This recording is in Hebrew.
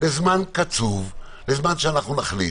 לזמן קצוב, שאנחנו נחליט.